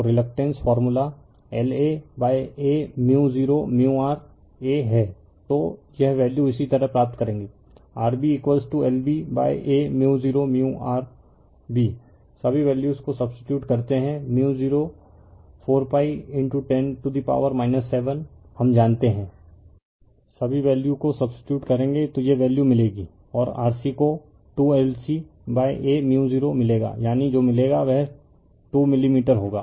तो reluctance formula L A Aµ0µr A हैं तो यह वैल्यू इसी तरह प्राप्त करेगे R B L B Aµ0µR B सभी वैल्यूस को सबसटीटयूट करते है µ0 4 pi 10 टू डा पावर 7हम जानते है सभी वैल्यू को सब्स्टीट्यूट करेंगे तो ये वैल्यू मिलेगी और RC को 2 LC aµ0 मिलेगा यानी जो मिलेगा वह 2 मिलीमीटर होगा